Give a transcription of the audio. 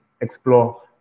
explore